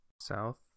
South